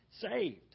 saved